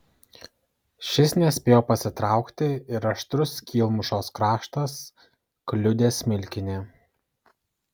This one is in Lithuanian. šis nespėjo pasitraukti ir aštrus skylmušos kraštas kliudė smilkinį